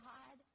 God